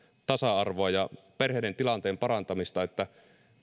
tasa arvoa ja perheiden tilanteen parantamista että